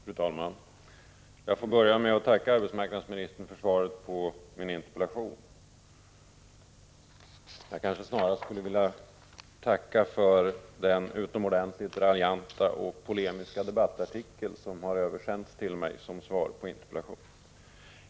Fru talman! Jag får börja med att tacka arbetsmarknadsministern för svaret på min interpellation; jag kanske snarare borde tacka för den utomordentligt raljanta och polemiska debattartikel som har översänts till mig som svar på interpellationen.